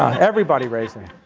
um everybody raising.